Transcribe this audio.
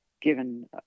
given